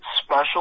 special